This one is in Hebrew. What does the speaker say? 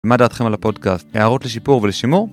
מה דעתכם על הפודקאסט? הערות לשיפור ולשימור?